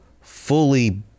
fully